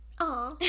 Aw